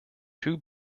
two